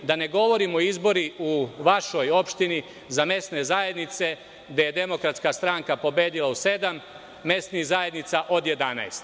Da ne govorim o izborima u vašoj opštini, za mesne zajednice gde je DS pobedila u sedam mesnih zajednica od 11.